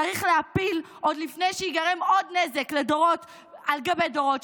צריך להפיל לפני שייגרם עוד נזק לדורות על גבי דורות,